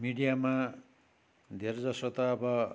मिडियामा धेरैजसो त अब